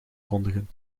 kondigen